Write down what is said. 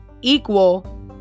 equal